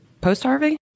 post-Harvey